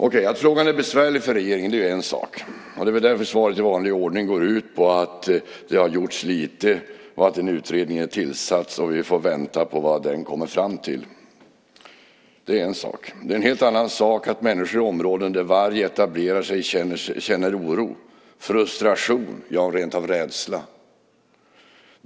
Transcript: Att frågan är besvärlig för regeringen är en sak. Det är väl därför svaret i vanlig ordning går ut på att det har gjorts lite, att en utredning är tillsatt och att vi får vänta på vad den kommer fram till. Det är en sak. Det är en helt annan sak att människor i områden där varg etablerar sig känner oro, frustration, ja, rentav rädsla.